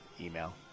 Email